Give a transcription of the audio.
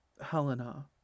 Helena